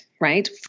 right